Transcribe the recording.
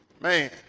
Man